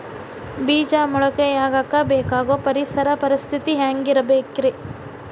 ಬೇಜ ಮೊಳಕೆಯಾಗಕ ಬೇಕಾಗೋ ಪರಿಸರ ಪರಿಸ್ಥಿತಿ ಹ್ಯಾಂಗಿರಬೇಕರೇ?